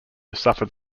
suffered